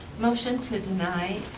motion to deny.